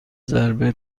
ضربه